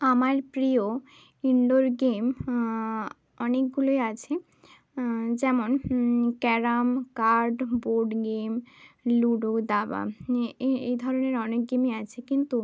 আমার প্রিয় indoor game অনেকগুলোই আছে যেমন carrom card board game ludo দাবা এ এই ধরনের অনেক গেমই আছে কিন্তু